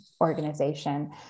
organization